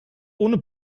ohne